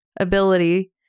ability